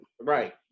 Right